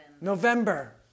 November